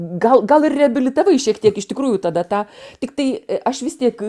gal gal ir reabilitavai šiek tiek iš tikrųjų tada tą tiktai aš vis tik